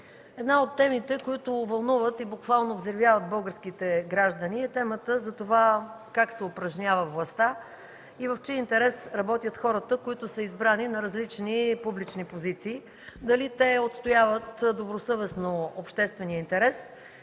една от темите, които вълнуват и буквално взривяват българските граждани, е темата как се упражнява властта и в чий интерес работят хората, избрани на различни публични позиции – дали те отстояват добросъвестно обществения интерес,